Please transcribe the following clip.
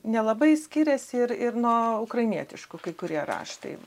nelabai skiriasi ir ir nuo ukrainietiškų kai kurie raštai